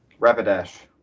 Rapidash